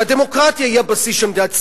שהדמוקרטיה היא הבסיס של מדינת ישראל.